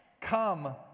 Come